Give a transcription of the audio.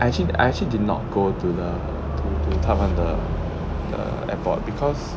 I actually I actually did not go to the to to 他们的的 airport because